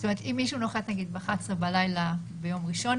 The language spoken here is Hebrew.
זאת אומרת שאם מישהו נוחת ב-23:00 ביום ראשון,